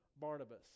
Barnabas